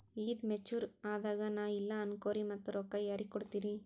ಈದು ಮೆಚುರ್ ಅದಾಗ ನಾ ಇಲ್ಲ ಅನಕೊರಿ ಮತ್ತ ರೊಕ್ಕ ಯಾರಿಗ ಕೊಡತಿರಿ?